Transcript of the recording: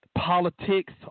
politics